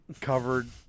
covered